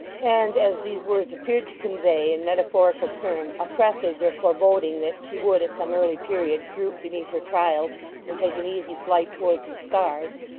and as these words appeared to convey in metaphorical terms a presage or foreboding that she would at some early period droop beneath her trials and take an easy flight towards the stars,